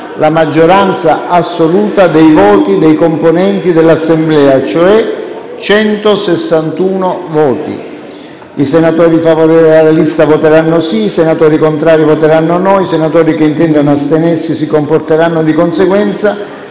la maggioranza assoluta dei voti dei componenti l'Assemblea, cioè 161 voti. I senatori favorevoli alla lista proposta voteranno sì; i senatori contrari voteranno no; i senatori che intendono astenersi si comporteranno di conseguenza.